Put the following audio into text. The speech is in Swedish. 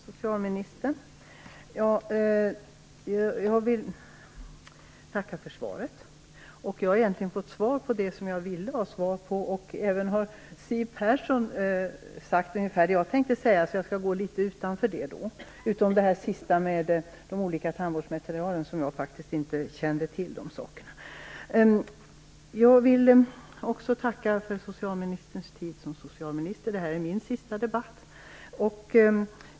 Fru talman! Jag vill tacka socialministern för svaret. Jag har egentligen fått svar på det jag ville ha svar på. Siw Persson har sagt ungefär det jag tänkte säga, så jag skall gå litet utanför det. Jag kände faktiskt inte till det sista om olika tandvårdsmaterial. Jag vill också tacka socialministern för hennes tid som socialminister. Det här är min sista debatt med henne.